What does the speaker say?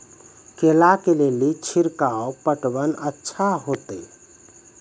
केला के ले ली छिड़काव पटवन अच्छा होते?